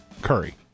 Curry